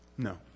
No